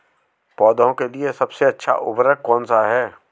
पौधों के लिए सबसे अच्छा उर्वरक कौनसा हैं?